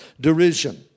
derision